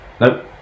Nope